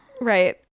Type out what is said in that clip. right